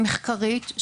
מחקרית,